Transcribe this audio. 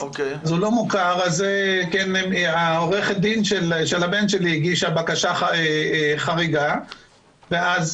אז עורכת הדין של הבן שלי הגישה בקשה חריגה ואז